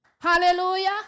Hallelujah